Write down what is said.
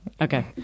okay